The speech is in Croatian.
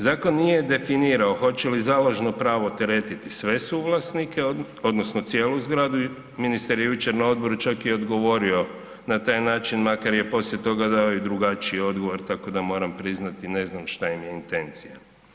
Zakon nije definirao hoće li založno pravo teretiti sve suvlasnike odnosno cijelu zgradu, ministar je jučer na odboru čak i odgovorio na taj način, makar je poslije toga dao i drugačiji odgovor tako da moram priznati ne znam šta im je intencija.